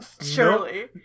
Surely